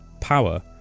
power